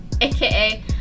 aka